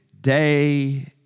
day